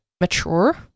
mature